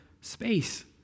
space